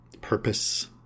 purpose